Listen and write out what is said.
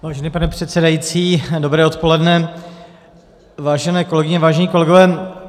Vážený pane předsedající, dobré odpoledne, vážené kolegyně, vážení kolegové.